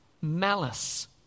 malice